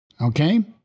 Okay